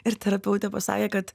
ir terapeutė pasakė kad